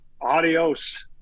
adios